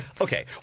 Okay